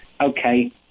Okay